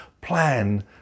plan